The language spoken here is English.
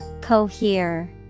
Cohere